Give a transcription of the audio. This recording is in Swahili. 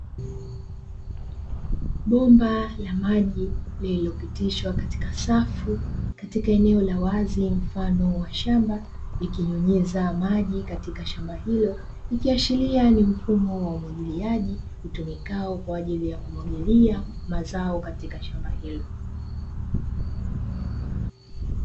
Bomba la maji lililopitishwa katika safu katika eneo la wazi mfano wa shamba likinyunyiza maji katika shamba hilo, ikiashiria ni mfumo wa umwagiliaji utumikao kwa ajili ya kumwagiia mazao katika shamba hilo.